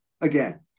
again